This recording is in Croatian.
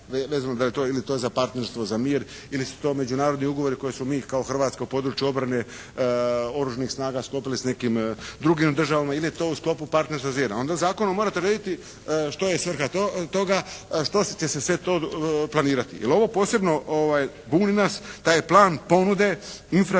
vezano da je to ili Partnerstvo za mir ili su to međunarodni ugovori koje smo mi kao Hrvatska u području obrane Oružanih snaga sklopili s nekim drugim državama ili je to u sklopu Partnerstva za mir. Onda u zakonu morate urediti što je svrha toga, što će se sve to planirati. Jer ovo posebno buni nas taj plan ponude infrastrukturalnih